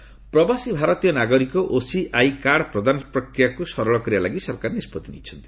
OCI card ପ୍ରବାସୀ ଭାରତୀୟ ନାଗରିକ ଓସିଆଇ କାର୍ଡ ପ୍ରଦାନ ପ୍ରକ୍ରିୟାକୁ ସରଳ କରିବା ଲାଗି ସରକାର ନିଷ୍ପଭି ନେଇଛନ୍ତି